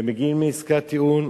ומגיעים לעסקת טיעון.